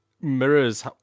mirrors